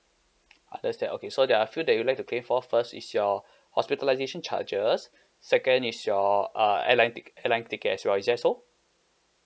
understand okay so that I feel that you'll like to claim for first is your hospitalisation charges second is your uh airline ticket airline tickets as well is that so